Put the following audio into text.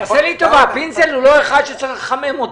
תעשה לי טובה, פינזל הוא לא אחד שצריך לחמם אותו.